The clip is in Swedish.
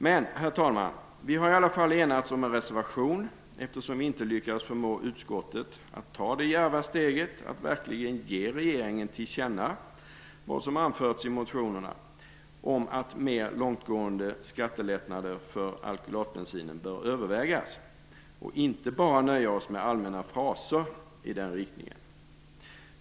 Men, herr talman, vi har i alla fall enats om en reservation, eftersom vi inte lyckades förmå utskottet att ta det djärva steget att verkligen ge regeringen till känna vad som anförts i motionerna om att mer långtgående skattelättnader för alkylatbensinen bör övervägas och att vi inte bara bör nöja oss med allmänna fraser i den riktningen.